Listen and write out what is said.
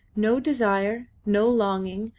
no desire, no longing,